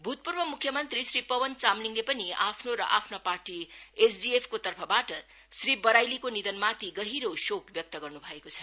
भूतपूर्व मुख्य मंत्री श्री पवन चामलिङसले पनि आफ्नो र आफ्ना पार्टी एसडीएफको तर्फबाट श्री बराईलीको निधनमाथि गहिरो शोक व्यक्त गर्नु भएको छ